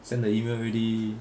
send the email already